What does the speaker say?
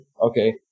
okay